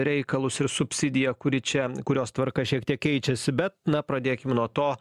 reikalus ir subsidiją kuri čia kurios tvarka šiek tiek keičiasi bet na pradėkim nuo to